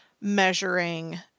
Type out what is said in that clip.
measuring